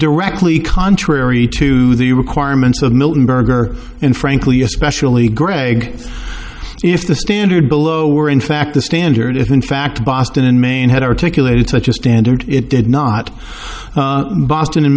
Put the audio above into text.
directly contrary to the requirements of milton berger and frankly especially greg if the standard below were in fact the standard if in fact boston and maine had articulated such a standard it did not boston in